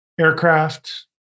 aircraft